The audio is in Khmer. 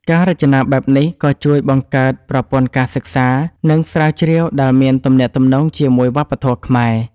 ការរចនាបែបនេះក៏ជួយបង្កើតប្រព័ន្ធការសិក្សា និងស្រាវជ្រាវដែលមានទំនាក់ទំនងជាមួយវប្បធម៌ខ្មែរ